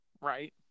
Right